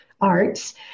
arts